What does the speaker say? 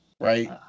right